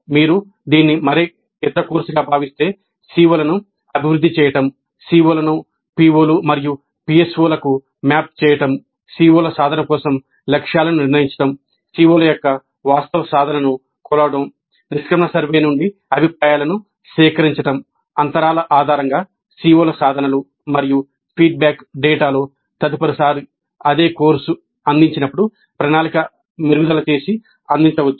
మీరు దీన్ని మరే ఇతర కోర్సుగా భావిస్తే CO లను అభివృద్ధి చేయడం CO లను PO లు మరియు PSO లకు మ్యాప్ చేయడం CO సాధనల కోసం లక్ష్యాలను నిర్ణయించడం CO ల యొక్క వాస్తవ సాధనను కొలవడం నిష్క్రమణ సర్వే నుండి అభిప్రాయాలను సేకరించడం అంతరాల ఆధారంగా CO సాధనలు మరియు ఫీడ్బ్యాక్ డేటాలో తదుపరిసారి అదే కోర్సు అందించినప్పుడు ప్రణాళిక మెరుగుదల చేసి అందించవచ్చు